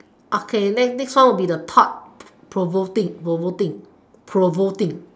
okay then next one will be the thought provoking provoking provoking